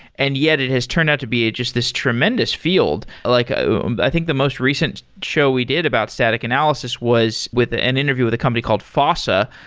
and yet it has turned out to be just this tremendous field. like ah i think the most recent show we did about static analysis was with an interview with a company called fossa,